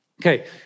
Okay